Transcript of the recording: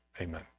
Amen